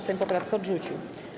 Sejm poprawkę odrzucił.